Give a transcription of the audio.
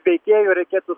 veikėjų reikėtų